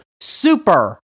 Super